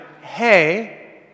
hey